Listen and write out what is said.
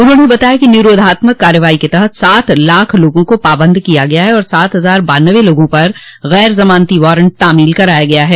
उन्हाने बताया कि निरोधात्मक कार्रवाई के तहत सात लाख लोगों को पाबंद किया गया है और सात हजार बान्नबे लोगों पर गैर जमानती वारंट तामील कराया गया है